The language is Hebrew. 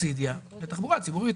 סובסידיה לתחבורה ציבורית,